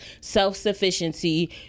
self-sufficiency